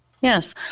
Yes